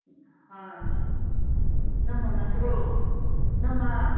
ꯍꯥ ꯏꯅꯝꯃ ꯅꯠꯇ꯭ꯔꯣ ꯏꯅꯝꯃ